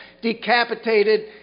Decapitated